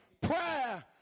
Prayer